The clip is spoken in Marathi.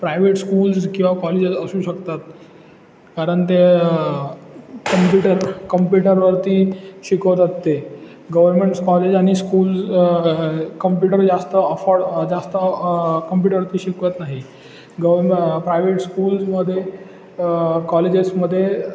प्रायवेट स्कूल्स किंवा कॉलेजेस असू शकतात कारण ते कम्प्युटर कम्प्युटरवरती शिकवतात ते गव्हर्मेंट्स कॉलेज आणि स्कूल कम्प्युटर जास्त अफोर्ड जास्त कम्प्युटरवरती शिकवत नाही गव्हर्में प्रायव्हेट स्कूल्समध्ये कॉलेजेसमध्ये